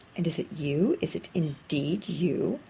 and is it you? is it indeed you